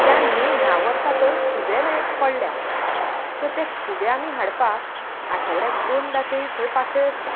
त्या न्हंयंत ह्या वर्सा तर खुबे पडल्या सो ते खूबे आमी हाडपाक आठवड्याक दोनदां तरी थंय पासय आसता